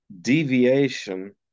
deviation